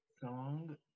song